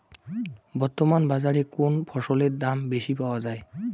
বর্তমান বাজারে কোন ফসলের দাম বেশি পাওয়া য়ায়?